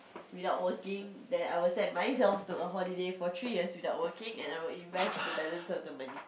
without working then I would sent myself to a holiday for three years without working and I would invest the balance of the money